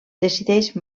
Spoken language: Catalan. decideix